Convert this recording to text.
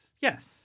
yes